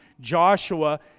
Joshua